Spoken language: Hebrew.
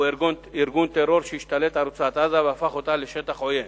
הוא ארגון טרור שהשתלט על רצועת-עזה והפך אותה לשטח עוין.